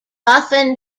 often